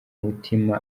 umutima